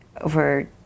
over